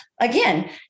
Again